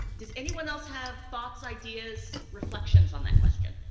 does anyone else have thoughts, ideas, reflections on that question?